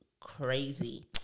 crazy